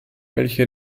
welche